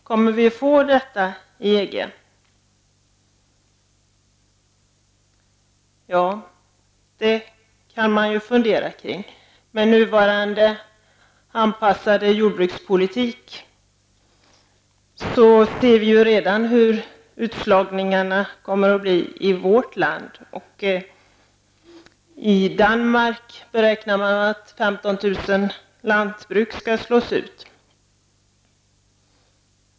Kommer vi att få en levande landsbygd genom att gå med i EG? Det kan man fundera över. Med nuvarande anpassade jordbrukspolitik ser vi redan hur utslagningarna kommer att bli i vårt land. I Danmark beräknar man att 15 000 lantbruk kommer att slås ut.